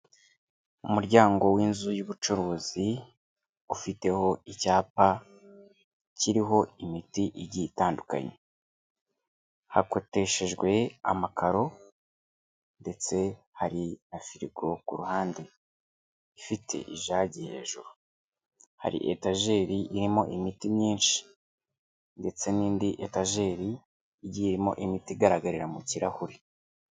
Umuryango w'inzu y'ubucuruzi ufiteho icyapa kiriho imiti igiye itandukanye, hakoteshejwe amakaro ndetse hari na firigo ku ruhande ifite ijage hejuru, hari etajeri irimo imiti myinshi ndetse n'indi etajeri igiye irimo imiti igaragarira mu kirahure.